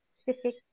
specific